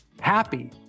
happy